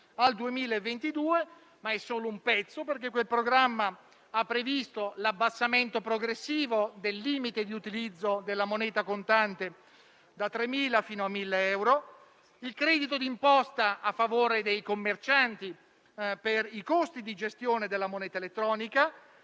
al 2022, ma è solo un pezzo, perché quel programma ha previsto anche l'abbassamento progressivo del limite di utilizzo della moneta contante, da 3.000 euro fino a 1.000 euro, il credito d'imposta a favore dei commercianti per i costi di gestione della moneta elettronica,